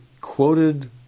quoted